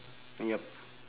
yup